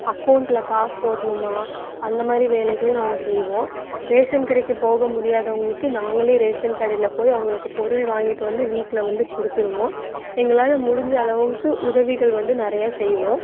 அக்கோண்ட்ல காசு போடணுமா அந்த மாதிரி வேலைகளும் நாங்கள் செய்வோம் ரேஷன் கடைக்கு போக முடியாதவங்களுக்கு நாங்களே ரேஷன் கடையில போய் அவங்களுக்கு பொருள் வாங்கிட்டு வந்து வீட்டில வந்து கொடுத்துருவோம் எங்களால் முடிஞ்ச அளவுக்கு உதவிகள் வந்து நிறையா செய்வோம்